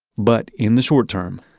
but, in the short term,